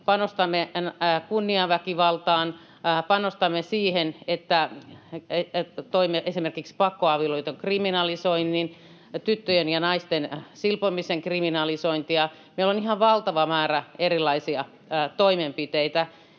panostamme kunniaväkivaltaan, panostamme esimerkiksi pakkoavioliiton kriminalisointiin, tyttöjen ja naisten silpomisen kriminalisointiin — meillä on ihan valtava määrä erilaisia toimenpiteitä.